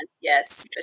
Yes